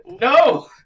no